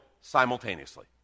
simultaneously